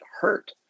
hurt